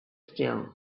still